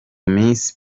miss